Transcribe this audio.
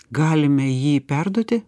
galime jį perduoti